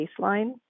baseline